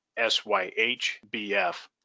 SYHBF